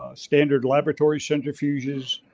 ah standard laboratories, centrifuges,